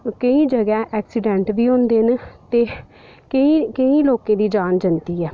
केईं जगहें एक्सीडेंट बी होंदे न ते केईं केईं लोकें दी जान जंदी ऐ